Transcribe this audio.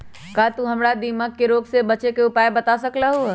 का तू हमरा दीमक के रोग से बचे के उपाय बता सकलु ह?